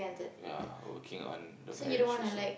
ya working on the marriage also